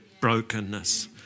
brokenness